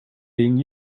being